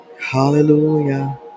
Hallelujah